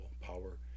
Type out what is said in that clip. power